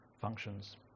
functions